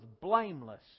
blameless